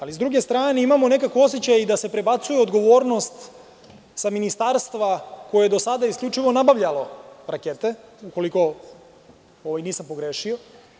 Ali, sa druge strane, imamo nekakav osećaj i da se prebacuje odgovornost sa ministarstva koje je do sada isključivo nabavljalo rakete, ukoliko nisam pogrešio.